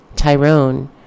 Tyrone